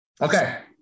Okay